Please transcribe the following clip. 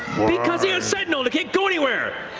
because he has sentinel, it can't go anywhere!